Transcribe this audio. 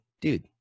dude